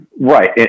Right